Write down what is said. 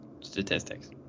statistics